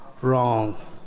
wrong